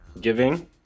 giving